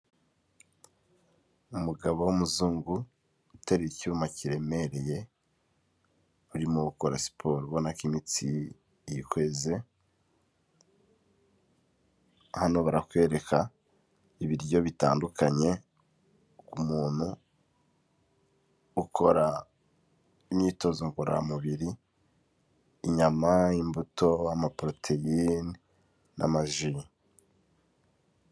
Umugabo w'umuzungu uteruye icyuma kiremereye arimo gukora siporo ubona ko imitsi yikweze hano barakwereka ibiryo bitandukanye umuntu ukora imyitozo ngororamubiri inyama, imbuto, amaporoteyine n'amaji.